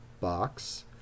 box